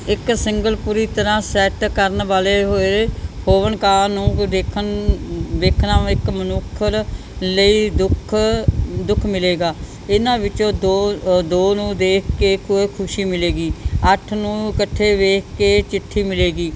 ਇੱਕ ਸਿੰਗਲਪੁਰੀ ਤਰ੍ਹਾਂ ਸੈਟ ਕਰਨ ਵਾਲੇ ਹੋਏ ਹੋਵਣ ਕਾਲ ਨੂੰ ਕੋਈ ਦੇਖਣ ਵੇਖਣਾ ਇੱਕ ਮਨੁੱਖ ਲਈ ਦੁੱਖ ਦੁੱਖ ਮਿਲੇਗਾ ਇਹਨਾਂ ਵਿੱਚੋਂ ਦੋ ਦੋ ਨੂੰ ਦੇਖ ਕੇ ਖੁਸ਼ੀ ਖੁਸ਼ੀ ਮਿਲੇਗੀ ਅੱਠ ਨੂੰ ਇਕੱਠੇ ਵੇਖ ਕੇ ਚਿੱਠੀ ਮਿਲੇਗੀ